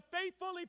faithfully